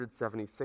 176